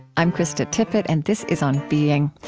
i'm krista tippett, and this is on being.